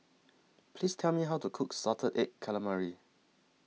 Please Tell Me How to Cook Salted Egg Calamari